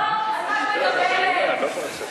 על מה את מדברת.